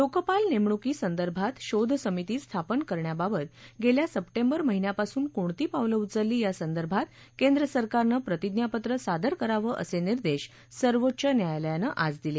लोकपाल नेमणूकासंदर्भात शोध समिती स्थापन करण्याबात गेल्या सप्टेंबर महिन्यापासून कोणती पावलं उचलली यासंदर्भात केंद्र सरकारनं प्रतिज्ञापत्र सादर करावं असे निर्देश सर्वोच्च न्यायालयानं आज दिले